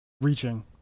reaching